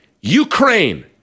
Ukraine